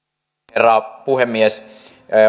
herra puhemies